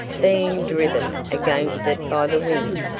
being driven against it by the wind.